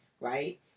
right